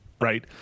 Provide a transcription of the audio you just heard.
right